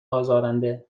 ازارنده